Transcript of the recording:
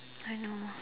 I know